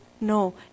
No